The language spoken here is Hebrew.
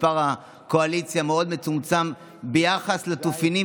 מספר הקואליציה מאוד מצומצם ביחס לתופינים